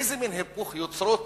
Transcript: איזה מין היפוך יוצרות